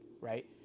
right